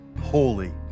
holy